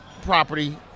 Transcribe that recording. property